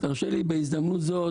בהזדמנות זו,